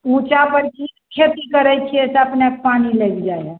उच्चा पर खेती करै छियै तऽ अपनेके पानि लागि जाइ हइ